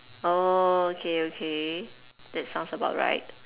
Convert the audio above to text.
oh okay okay that sounds about right